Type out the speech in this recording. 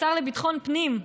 השר לביטחון פנים,